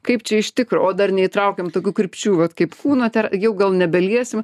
kaip čia iš tikro o dar neįtraukiam tokių krypčių vat kaip kūno ter jau gal nebeliesim